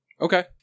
Okay